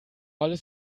alles